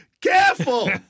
Careful